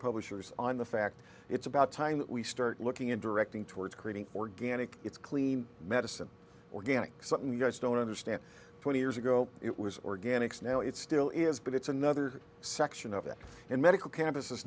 publishers on the fact it's about time that we start looking in directing towards creating organic it's clean medicine organic something you guys don't understand twenty years ago it was organics now it still is but it's another section of it in medical campus is